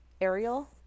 Ariel